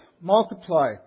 multiply